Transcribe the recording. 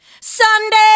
Sunday